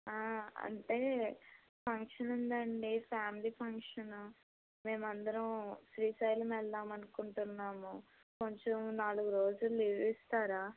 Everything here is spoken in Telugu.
అంటే ఫంక్షన్ ఉందండి ఫ్యామిలీ ఫంక్షను మేము అందరం శ్రీశైలం వెళ్దామని అనుకుంటున్నాము కొంచెం నాలుగు రోజులు లీవ్ ఇస్తారా